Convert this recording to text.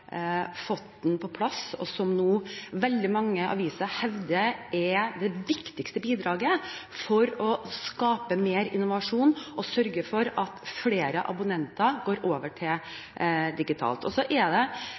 fått den på plass, og veldig mange aviser hevder nå at det er det viktigste bidraget for å skape mer innovasjon og sørge for at flere abonnenter går over til digitalt. Så er det